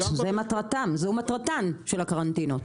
זו מטרתן של הקרנטינות.